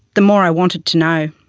the more i wanted to know.